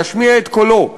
להשמיע את קולו.